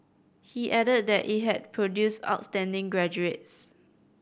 he added that it had produced outstanding graduates